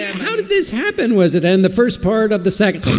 how did this happen? was it in the first part of the second home?